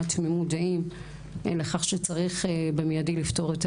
תמימות דעים לכך שצריך במידי לפתור את